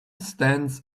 stands